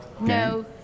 No